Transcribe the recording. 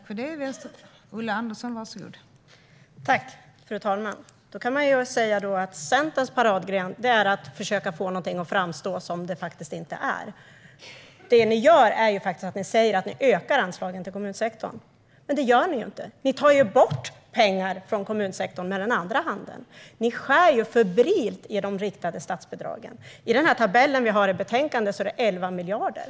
Fru talman! Man kan då säga att Centerns paradgren är att försöka få någonting att framstå som något som det faktiskt inte är. Ni säger att ni ökar anslagen till kommunsektorn, men det gör ni inte. Ni tar ju bort pengar från kommunsektorn med den andra handen. Ni skär febrilt i de riktade statsbidragen. Tabellen i betänkandet visar att det är med 11 miljarder.